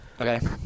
Okay